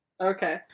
okay